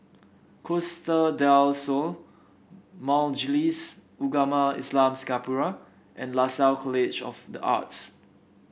Costa Del Sol Majlis Ugama Islam Singapura and Lasalle College of the Arts